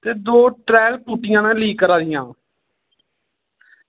ते दौ त्रै टुट्टियां न लीक करा दियां